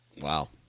wow